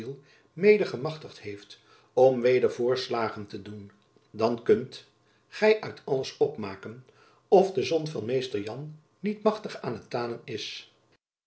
mede gemachtigd heeft om weder voorslagen te doen dan kunt gy uit dit alles opmaken of de zon van mr jan niet machtig aan het tanen is